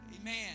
Amen